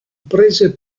prese